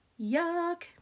yuck